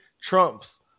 Trump's